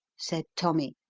said tommy.